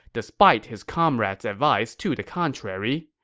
despite his comrade's advice to the contrary.